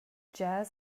jazz